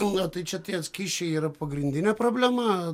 na tai čia tie skysčiai yra pagrindinė problema